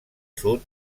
sud